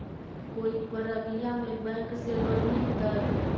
कोई परबिया में बैंक से लोन मिलतय?